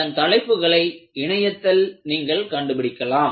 அதன் தலைப்புகளை இணையத்தில் நீங்கள் கண்டுபிடிக்கலாம்